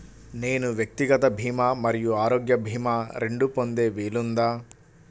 నేను వ్యక్తిగత భీమా మరియు ఆరోగ్య భీమా రెండు పొందే వీలుందా?